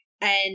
and-